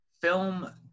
film